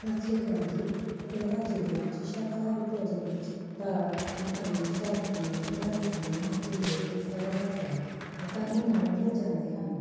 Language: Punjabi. ਸਤਿ ਸ਼੍ਰੀ ਅਕਾਲ ਜੀ ਪਟਿਆਲਾ ਜਿਲ੍ਹੇ ਵਿੱਚ ਸ਼ਾਕਾਹਾਰੀ ਭੋਜਨ ਵਿੱਚ ਦਾਲ ਮੱਖਣੀ ਸ਼ਾਹੀ ਪਨੀਰ ਕੜਾਹੀ ਪਨੀਰ ਮੱਕੀ ਦੀ ਰੋਟੀ ਸਰੋਂ ਦਾ ਸਾਗ ਆਸਾਨੀ ਨਾਲ ਮਿਲ ਜਾਂਦੇ ਹਨ